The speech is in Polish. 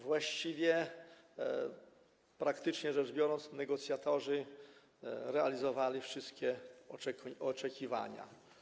Właściwie, praktycznie rzecz biorąc, negocjatorzy realizowali wszystkie oczekiwania.